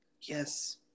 Yes